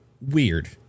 Weird